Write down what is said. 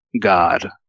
god